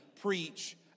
preach